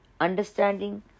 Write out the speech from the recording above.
understanding